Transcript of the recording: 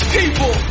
people